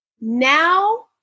Now